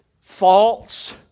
false